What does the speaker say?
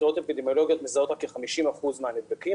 חקירות אפידמיולוגיות מזהות רק כ-50% מהנדבקים,